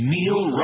Neil